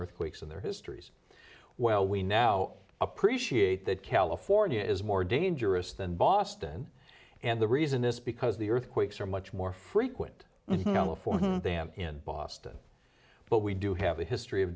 earthquakes in their histories well we now appreciate that california is more dangerous than boston and the reason is because the earthquakes are much more frequent and you know for them in boston but we do have a history of